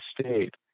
state